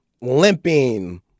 limping